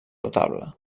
notable